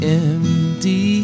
empty